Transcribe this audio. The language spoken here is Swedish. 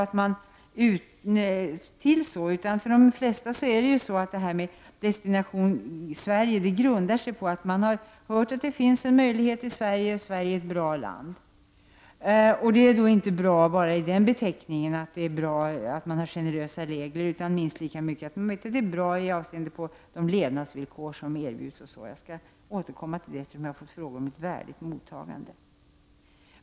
Destinationen Sverige grundar sig i de flesta fall på att man har hört att det finns en möjlighet i Sverige, att Sverige är ett bra land — inte bara i den bemärkelsen att vi har generösa regler — utan också minst lika mycket med tanke på de levnadsvillkor som erbjuds här. Detta skall jag återkomma till i samband med de frågor som jag fått om ett värdigt flyktingmottagande.